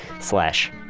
slash